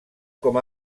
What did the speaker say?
com